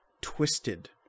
twisted